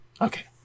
Okay